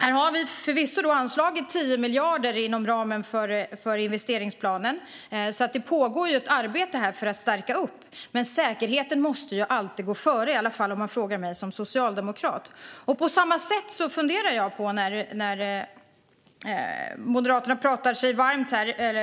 Här har vi förvisso anslagit 10 miljarder inom ramen för investeringsplanen, så det pågår ett arbete för att stärka detta. Men säkerheten måste alltid gå först, i alla fall om man frågar mig som socialdemokrat.